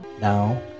Now